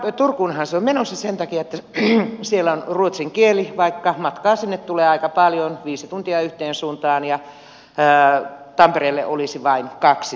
turkuunhan se on menossa sen takia että siellä on ruotsin kieli vaikka matkaa sinne tulee aika paljon viisi tuntia yhteen suuntaan ja tampereelle olisi vain kaksi tuntia